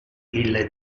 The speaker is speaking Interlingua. ille